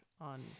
on